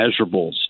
measurables